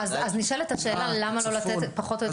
אז נשאלת השאלה למה לא לתת פחות או יותר את הפריסה לאן זה הולך.